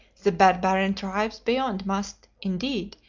the barbarian tribes beyond must, indeed,